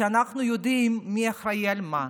כשאנחנו יודעים מי אחראי על מה,